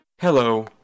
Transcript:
Hello